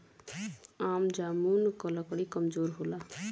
आम जामुन क लकड़ी कमजोर होला